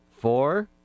Four